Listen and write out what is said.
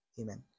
Amen